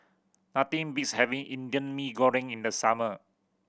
nothing beats having Indian Mee Goreng in the summer